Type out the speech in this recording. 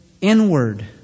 inward